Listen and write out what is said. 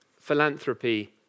philanthropy